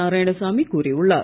நாராயணசாமி கூறியுள்ளார்